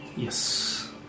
Yes